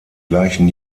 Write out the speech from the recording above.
gleichen